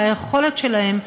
והיכולת שלהם,